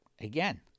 again